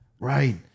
Right